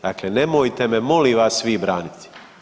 Dakle, nemojte me molim vas vi braniti.